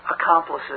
accomplices